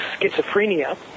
schizophrenia